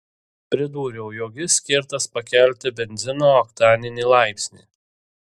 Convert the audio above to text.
pridūriau jog jis skirtas pakelti benzino oktaninį laipsnį